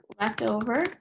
leftover